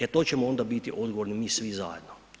E to ćemo onda biti odgovorni mi svi zajedno.